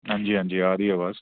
हां जी हां जी आ रही अवाज़